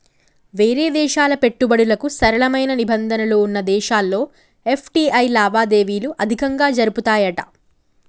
వేరే దేశాల పెట్టుబడులకు సరళమైన నిబంధనలు వున్న దేశాల్లో ఎఫ్.టి.ఐ లావాదేవీలు అధికంగా జరుపుతాయట